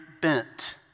bent